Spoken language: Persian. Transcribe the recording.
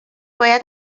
باید